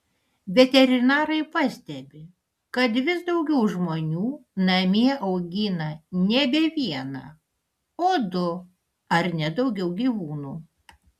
veterinarai pastebi kad vis daugiau žmonių namie augina nebe vieną o du ar net daugiau gyvūnų